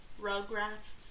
Rugrats